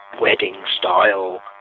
wedding-style